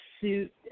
suit